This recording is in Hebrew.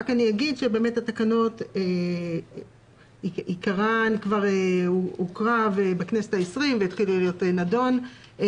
עיקרן של התקנות הוקרא כבר בכנסת העשרים והתחיל להיות נדון,